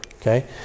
Okay